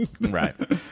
Right